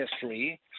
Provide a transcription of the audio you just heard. history